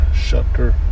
shutter